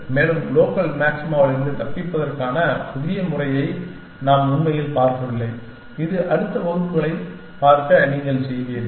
மேலும் லோக்கல் மாக்சிமாவிலிருந்து தப்பிப்பதற்கான புதிய முறையை நாம் உண்மையில் பார்க்கவில்லை இது அடுத்த வகுப்புகளைப் பார்க்க நீங்கள் செய்வீர்கள்